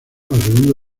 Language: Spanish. segunda